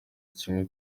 kimwe